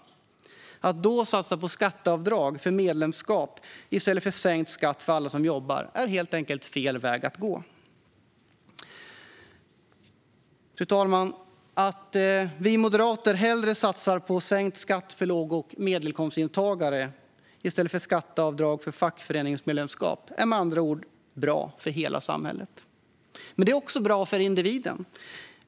Att då satsa på skatteavdrag för medlemskap i stället för sänkt skatt för alla som jobbar är helt enkelt helt fel väg att gå. Fru talman! Att vi moderater hellre satsar på sänkt skatt för låg och medelinkomsttagare än på skatteavdrag för fackföreningsmedlemskap är med andra ord bra för hela samhället. Men det är också bra för individen.